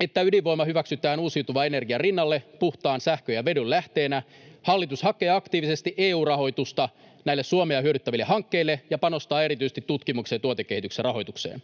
että ydinvoima hyväksytään uusiutuvan energian rinnalle puhtaan sähkön ja vedyn lähteenä. Hallitus hakee aktiivisesti EU-rahoitusta näille Suomea hyödyttäville hankkeille ja panostaa erityisesti tutkimuksen ja tuotekehityksen rahoitukseen.